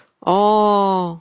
orh